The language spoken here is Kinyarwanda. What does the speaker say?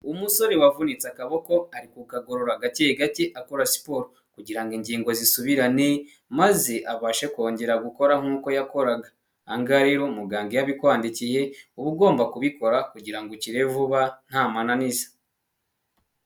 Umusore wavunitse akaboko ari ku kagorora gake gake akora siporo kugira ingingo zisubirane, maze abashe kongera gukora nkuko yakoraga, aha ngaha rero muganga iyo abikwandikiye uba ugomba kubikora kugira ukire vuba nta mananiza.